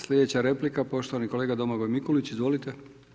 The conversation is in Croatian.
Slijedeća replika, poštovani kolega Domagoj Mikulić, izvolite.